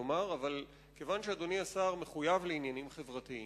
כיוון שאדוני השר מחויב לעניינים חברתיים,